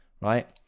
right